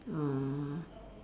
uh